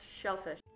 shellfish